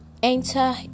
enter